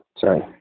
Sorry